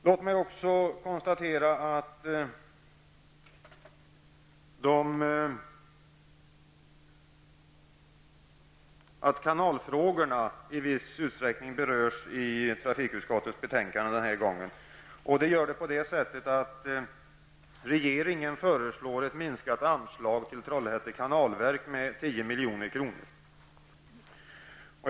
Jag konstaterar också att kanalfrågorna den här gången i viss utsträckning berörs i trafikutskottets betänkande. Regeringen föreslår en minskning av anslaget till Trollhätte kanalverk med 10 milj.kr.